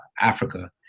Africa